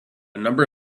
number